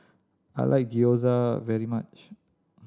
I like Gyoza very much